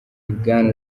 bwana